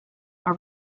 are